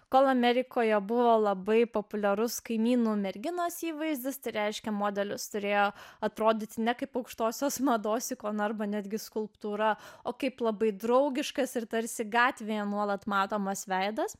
kol amerikoje buvo labai populiarus kaimynų merginos įvaizdis tai reiškia modelis turėjo atrodyti ne kaip aukštosios mados ikona arba netgi skulptūra o kaip labai draugiškas ir tarsi gatvėje nuolat matomas veidas